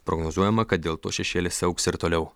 prognozuojama kad dėl to šešėlis augs ir toliau